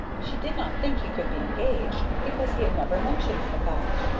she did not think he could be engaged, because he had never mentioned the fact,